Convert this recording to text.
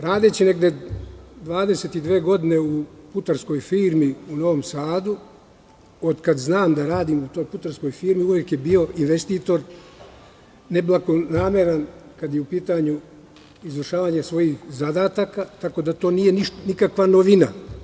Radeći negde 22 godine u putarskoj firmi u Novom Sadu, od kada znam da radim u toj putarskoj firmi, uvek je bio investitor neblagonameran, kada je u pitanju izvršavanje svojih zadataka, tako da to nije nikakva novina.